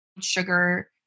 sugar